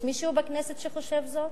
יש מישהו בכנסת שחושב זאת?